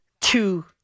two